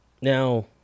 Now